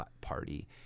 party